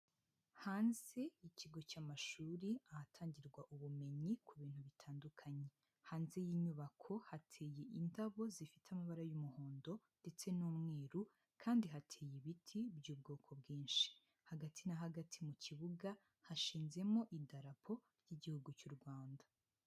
Hanze ikigo cy'amashuri ahatangirwa ubumenyi ku bintu bitandukanye. Hanze y'inyubako, hateye indabo zifite amabara y'umuhondo ndetse n'umweru, kandi hateye ibiti by'ubwoko bwinshi. Hagati na hagati mu kibuga hashinzemo idarapo ry'Igihugu cy'u Rwanda.